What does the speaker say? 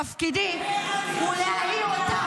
תפקידי ------- הוא להעיר אותך,